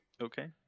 Okay